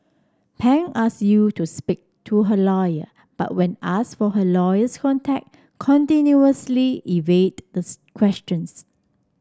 Pan asked Yew to speak to her lawyer but when asked for her lawyer's contact continuously evade the questions